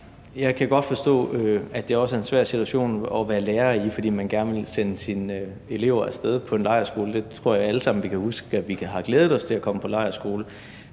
Jeg kan godt forstå, at det også er en svær situation at være lærer i, fordi man gerne vil sende sine elever af sted på en lejrskole – jeg tror, at vi alle sammen kan huske, at vi har glædet os til at komme på lejrskole.